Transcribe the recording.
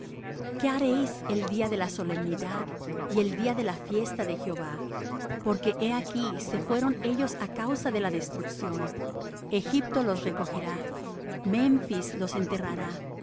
qué haréis el día de la solemnidad y el día de la fiesta de jehová porque he aquí se fueron ellos á causa de la destrucción egipto los recogerá memphis los enterrará